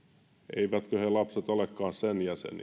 eivätkö ne lapset olekaan sen